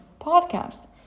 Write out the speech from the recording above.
podcast